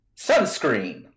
sunscreen